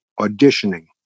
auditioning